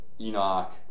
Enoch